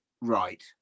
right